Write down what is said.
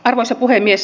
arvoisa puhemies